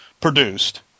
produced